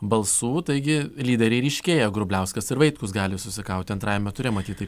balsų taigi lyderiai ryškėja grubliauskas ir vaitkus gali susikauti antrajame ture matyt tai